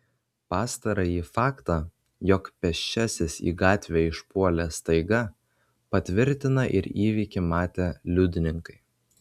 pastarąjį faktą jog pėsčiasis į gatvę išpuolė staiga patvirtina ir įvykį matę liudininkai